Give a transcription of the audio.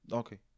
okay